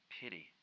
Pity